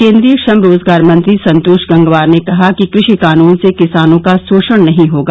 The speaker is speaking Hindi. केंद्रीय श्रम रोजगार मंत्री संतोष गंगवार ने कहा कि कृषि कानून से किसानों का शोषण नहीं होगा